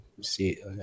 see